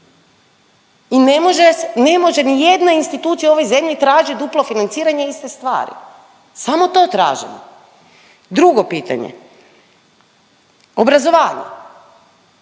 ne može ni jedna institucija u ovoj zemlji tražiti duplo financiranje iste stvari. Samo to tražimo. Drugo pitanje, obrazovanje.